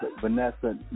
Vanessa